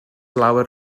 llawer